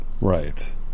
Right